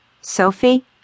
Sophie